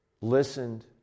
listened